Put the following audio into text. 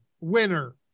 winner